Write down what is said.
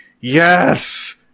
Yes